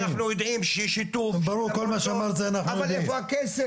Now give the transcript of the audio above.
אנחנו יודעים ששיתוף זה נכון, אבל איפה הכסף?